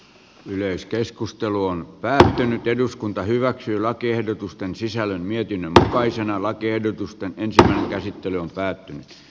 yleiskeskustelu on päättynyt eduskunta hyväksyy lakiehdotusten sisällön mietin takaisin lakiehdotusta että käsittely on päättynyt